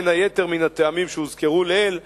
בין היתר מהטעמים שהוזכרו לעיל,